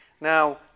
Now